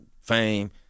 fame